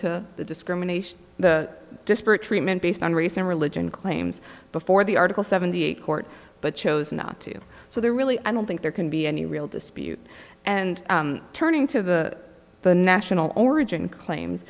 to the discrimination the disparate treatment based on race and religion claims before the article seventy eight court but chose not to so there really i don't think there can be any real dispute and turning to the national origin claims